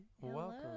welcome